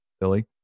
Billy